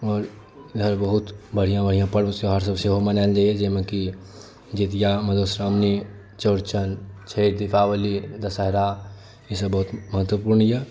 आओर एम्हर बहुत बढ़िआँ बढ़िआँ पर्व त्योहारसब सेहो मनाओल जाइए जाहिमे कि जितिआ मधुश्रावणी चौरचन छठि दीपावली दशहरा ईसब बहुत महत्वपूर्ण अइ